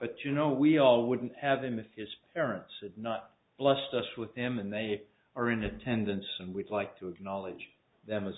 but you know we all wouldn't have him if his parents had not blessed us with him and they are in attendance and we'd like to acknowledge them as